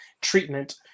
treatment